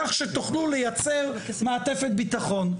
כך שתוכלו לייצר מעטפת ביטחון.